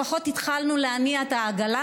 לפחות התחלנו להניע את העגלה,